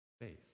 faith